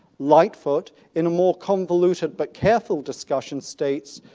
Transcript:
lightfoot in more convoluted but careful discussion states,